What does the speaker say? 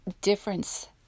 Difference